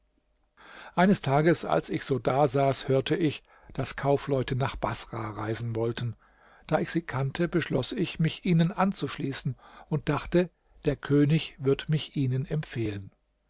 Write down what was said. eines tages als ich so dasaß hörte ich daß kaufleute nach baßrah reisen wollten da ich sie kannte beschloß ich mich ihnen anzuschließen und dachte der könig wird mich ihnen empfehlen